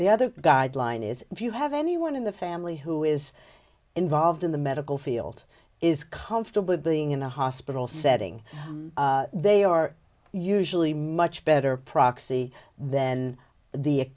the other guideline is if you have anyone in the family who is involved in the medical field is comfortable being in a hospital setting they are usually much better proxy then the